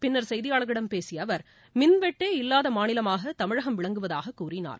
பின்னர் செய்தியாளர்களிடம் பேசிய அவர் மின்வெட்டே இல்லாத மாநிலமாக தமிழகம் விளங்குவதாக தெரிவித்தார்